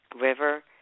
River